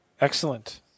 Excellent